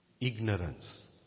Ignorance